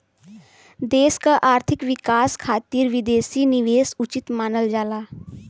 देश क आर्थिक विकास खातिर विदेशी निवेश उचित मानल जाला